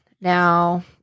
Now